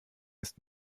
ist